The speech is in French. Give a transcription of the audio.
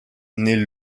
naît